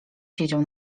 siedział